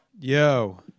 Yo